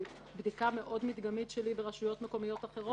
מבדיקה מאוד מקדמית שלי בכמה רשויות מקומיות אחרות